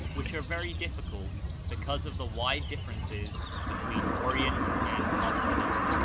which are very difficult because of the wide differences between orient and occident,